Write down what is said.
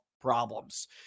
problems